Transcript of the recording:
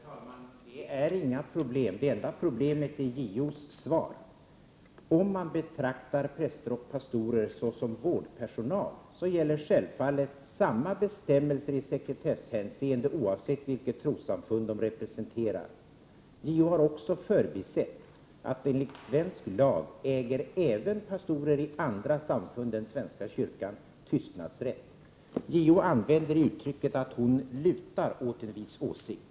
Herr talman! Det finns inga problem, det enda problemet är JO:s svar. Om man betraktar präster och pastorer såsom vårdpersonal gäller självfallet samma bestämmelse i sekretesshänseende oavsett vilket trossamfund dessa representerar. JO har även förbisett att även pastorer i andra samfund än i svenska kyrkan enligt svensk lag äger tystnadsrätt. JO använder uttrycket att hon lutar åt en viss åsikt.